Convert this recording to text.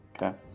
Okay